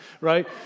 right